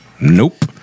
Nope